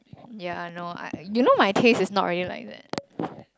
ya I know I I you know my taste is not really like that